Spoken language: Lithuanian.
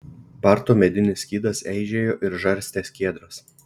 barto medinis skydas eižėjo ir žarstė skiedras